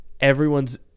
everyone's